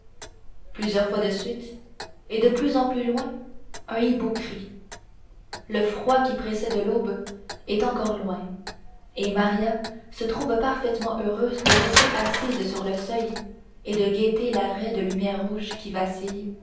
plusieurs fois de suite et de plus en plus loin un hibou crie le froid qui précède l'aube est encore loin et maria se trouve parfaitement heureuse de rester assise sur le seuil et de guetter la raie de lumière rouge qui